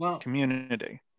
community